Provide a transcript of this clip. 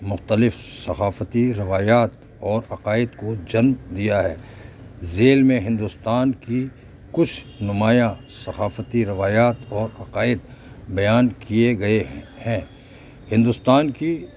مختلف ثقافتی روایات اور عقائد کو جنم دیا ہے ذیل میں ہندوستان کی کچھ نمایاں ثقافتی روایات اور عقائد بیان کیے گئے ہیں ہیں ہندوستان کی